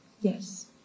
Yes